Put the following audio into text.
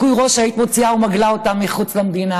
שלא סתם אמרתי לך שאת ניקוי ראש היית מוציאה או מגלה אותם מחוץ למדינה,